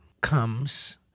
comes